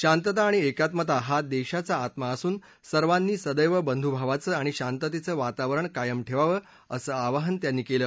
शांतता आणि एकात्मता हा देशाचा आत्मा असून सर्वांनी सदस्त पंधुभावाचं आणि शांततेचं वातावरण कायम ठेवावं असं आवाहन त्यांनी केलं